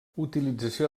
utilització